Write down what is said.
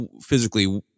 physically